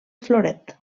floret